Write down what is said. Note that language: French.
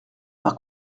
par